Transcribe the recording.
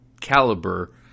caliber